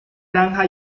granja